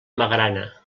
magrana